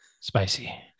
spicy